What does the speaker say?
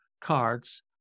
cards